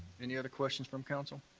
any other questions from council?